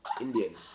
Indian